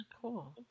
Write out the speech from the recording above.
cool